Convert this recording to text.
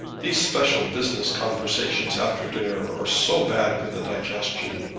these special business conversations after dinner are so bad for the digestion!